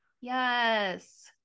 Yes